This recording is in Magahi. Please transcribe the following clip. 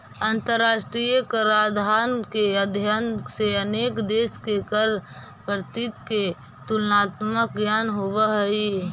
अंतरराष्ट्रीय कराधान के अध्ययन से अनेक देश के कर पद्धति के तुलनात्मक ज्ञान होवऽ हई